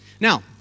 Now